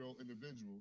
individual